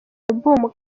album